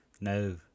no